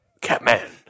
Catman